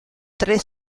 tres